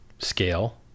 scale